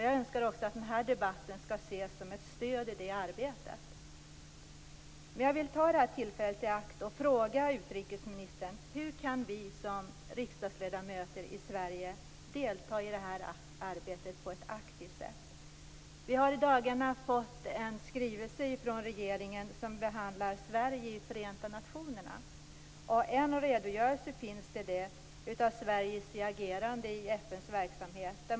Jag önskar också att den här debatten skall ses som ett stöd i det arbetet. Jag vill ta tillfället i akt att fråga utrikesministern hur vi som riksdagsledamöter i Sverige kan delta i det här arbetet på ett aktivt sätt. Vi har i dagarna fått en skrivelse från regeringen som behandlar Sverige i Förenta nationerna. Där finns en redogörelse av Sveriges agerande i FN:s verksamhet.